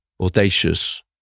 audacious